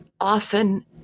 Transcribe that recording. often